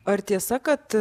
ar tiesa kad